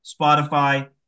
Spotify